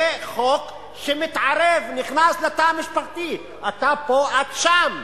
זה חוק שמתערב, נכנס לתא המשפחתי, אתה פה, את שם.